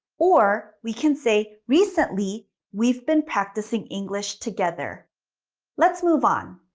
or we can say recently we've been practicing english together let's move on.